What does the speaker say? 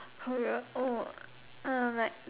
career oh um like